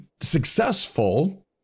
successful